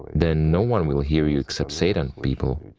then no one will hear you except satan, people.